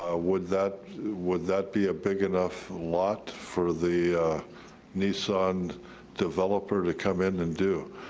would that would that be a big enough lot for the nissan developer to come in and do?